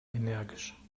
energisch